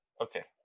Okay